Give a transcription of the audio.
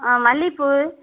ஆ மல்லிப்பூ